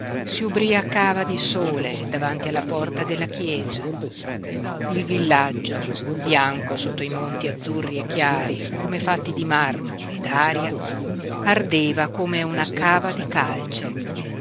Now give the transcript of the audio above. si ubriacava di sole davanti alla porta della chiesa il villaggio bianco sotto i monti azzurri e chiari come fatti di marmo e d'aria ardeva come una cava di calce